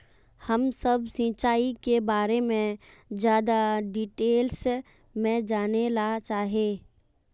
हम सब सिंचाई के बारे में ज्यादा डिटेल्स में जाने ला चाहे?